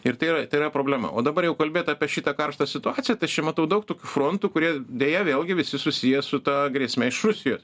ir tai yra tai yra problema o dabar jau kalbėt apie šitą karštą situaciją tai aš čia matau daug tokių frontų kurie deja vėlgi visi susiję su ta grėsme iš rusijos